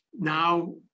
Now